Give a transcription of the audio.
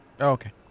Okay